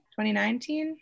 2019